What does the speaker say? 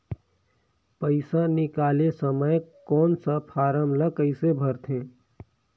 पइसा निकाले समय कौन सा फारम ला कइसे भरते?